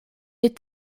est